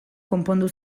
konpondu